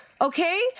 okay